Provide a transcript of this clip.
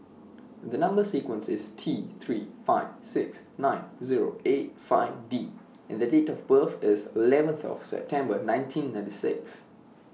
The Number sequence IS T three four six nine Zero eight five D and The Date of birth IS eleventh of September nineteen ninety six